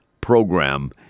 program